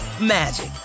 magic